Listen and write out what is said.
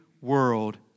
world